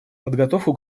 подготовку